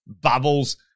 bubbles